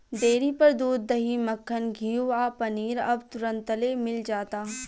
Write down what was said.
dairy पर दूध, दही, मक्खन, घीव आ पनीर अब तुरंतले मिल जाता